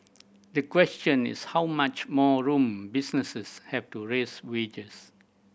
the question is how much more room businesses have to raise wages